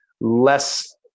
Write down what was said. less